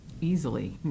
Easily